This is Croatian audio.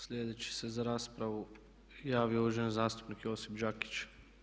Sljedeći se za raspravu javio uvaženi zastupnik Josip Đakić.